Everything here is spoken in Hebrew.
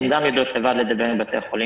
הקופות גם יודעות לדבר לבד עם בתי החולים